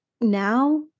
now